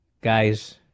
Guys